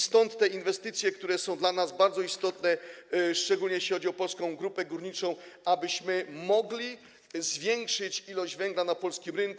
Stąd te inwestycje, które są dla nas bardzo istotne, szczególnie jeśli chodzi o Polską Grupę Górniczą, abyśmy mogli zwiększyć ilość węgla na polskim rynku.